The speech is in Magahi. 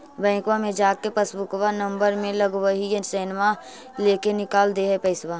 बैंकवा मे जा के पासबुकवा नम्बर मे लगवहिऐ सैनवा लेके निकाल दे है पैसवा?